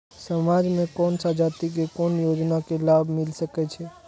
समाज में कोन सा जाति के कोन योजना के लाभ मिल सके छै?